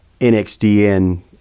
NXDN